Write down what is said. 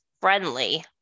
friendly